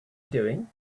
doing